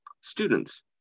Students